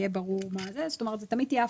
זאת תמיד תהיה הפנייה.